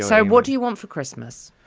so what do you want for christmas?